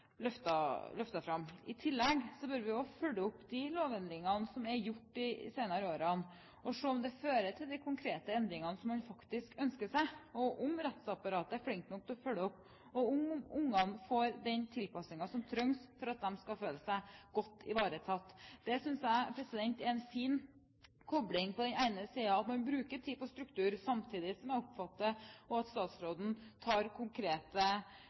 har løftet fram. I tillegg bør vi også følge opp de lovendringene som er gjort de senere årene, og se om det fører til de konkrete endringene som man faktisk ønsker seg, om rettsapparatet er flink nok til følge opp, og om ungene får den tilpasningen som trengs for at de skal føle seg godt ivaretatt. Det synes jeg er en fin kobling, at man på den ene siden bruker tid på struktur, samtidig som jeg oppfatter at statsråden også gjør konkrete